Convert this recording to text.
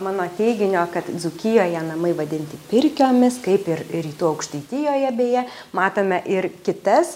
mano teiginio kad dzūkijoje namai vadinti pirkiomis kaip ir rytų aukštaitijoje beje matome ir kitas